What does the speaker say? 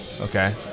okay